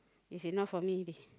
is enough for me